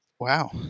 Wow